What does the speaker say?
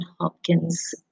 Hopkins